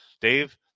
Dave